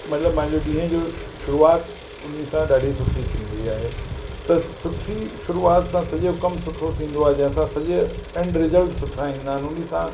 मतिलबु मुंहिंजे ॾींहं जो शुरूआति उन सां ॾाढी सुठी थींदी आहे त सुठी शुरूआति सां सॼो कमु सुठो थींदो आहे जंहिंसां सॼे एंड रिजल्ट सुठा ईंदा आहिनि उन सां